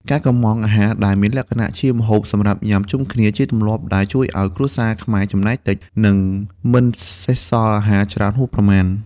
ការកុម្ម៉ង់អាហារដែលមានលក្ខណៈជាម្ហូបសម្រាប់ញ៉ាំជុំគ្នា ជាទម្លាប់ដែលជួយឱ្យគ្រួសារខ្មែរចំណាយតិច និងមិនសេសសល់អាហារច្រើនហួសប្រមាណ។